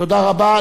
תודה רבה.